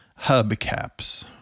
Hubcaps